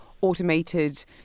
Automated